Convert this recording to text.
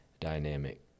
dynamic